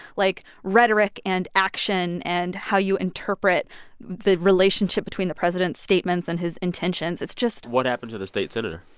like, rhetoric and action and how you interpret the relationship between the president's statements and his intentions. it's just. what happened to the state senator?